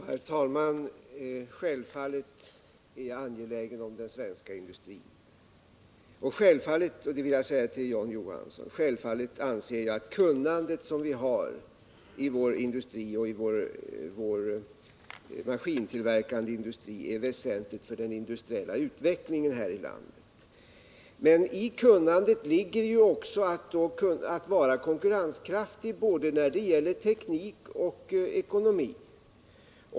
Herr talman! Självfallet är jag angelägen om den svenska industrin. Till John Johnsson vill jag säga att jag självfallet anser att kunnandet som vi har i vår industri och i vår maskintillverkande industri är väsentlig för den industriella utvecklingen här i landet. Men i kunnandet ligger också att vara konkurrenskraftig när det gäller både teknik och ekonomi.